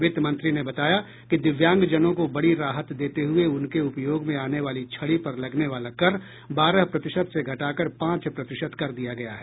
वित्त मंत्री ने बताया कि दिव्यांगजनों को बड़ी राहत देते हुये उनके उपयोग में आने वाली छड़ी पर लगने वाला कर बारह प्रतिशत से घटाकर पांच प्रतिशत कर दिया गया है